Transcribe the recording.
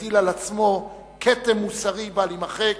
יטיל על עצמו כתם מוסרי בל יימחק,